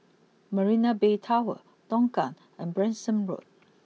Marina Bay Tower Tongkang and Branksome Road